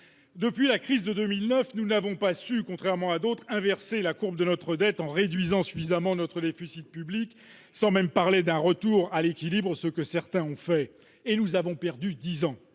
Depuis la crise de 2009, nous n'avons pas su, contrairement à d'autres, inverser la courbe de notre dette en réduisant suffisamment notre déficit public- sans même parler d'un retour à l'équilibre, ce que certains ont fait. Nous avons ainsi perdu dix ans.